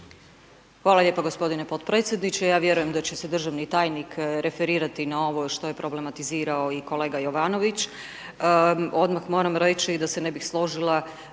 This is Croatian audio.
hvala lijepa g. potpredsjedniče, ja vjerujem da će se državni tajnik referirati na ovo što je problematizirao i kolega Jovanović. Odmah moram reći da se ne bih složila,